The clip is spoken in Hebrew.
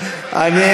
משם.